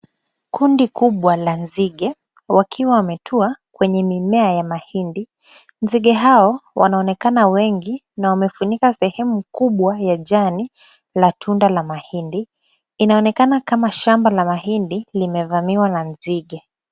Kundi kubwa la nzige wakiwa wametua kwenye mimea ya mahindi, nzige hao wanaonekana wengi na wamefunika sehemu kubwa ya jani la tunda la mahindi, inaonekana kama shamba la mahindi limevamiwa na nzige.